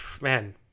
man